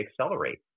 accelerate